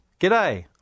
G'day